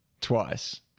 twice